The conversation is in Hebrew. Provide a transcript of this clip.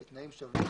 בתנאים שווים,